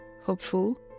hopeful